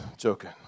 Joking